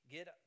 get